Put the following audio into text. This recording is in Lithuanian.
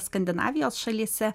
skandinavijos šalyse